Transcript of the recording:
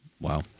Wow